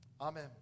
Amen